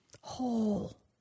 whole